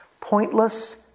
Pointless